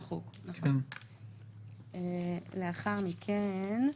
לאחר מכן,